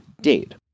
date